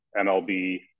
MLB